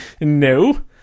No